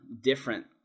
different